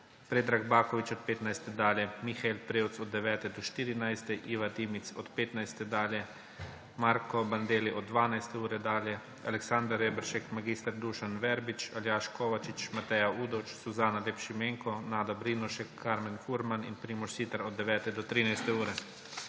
Predrag Baković od 15. ure dalje, Mihael Prevc od 9. do 14. ure, Iva Dimic od 15. ure dalje, Marko Bandelli od 12. ure dalje, Aleksander Reberšek, mag. Dušan Verbič, Aljaž Kovačič, Mateja Udovč, Suzana Lep Šimenko, Nada Brinovšek, Karmen Furman in Primož Siter od 9. do 13. ure.